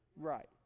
Right